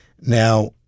Now